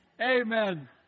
Amen